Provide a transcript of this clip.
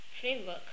framework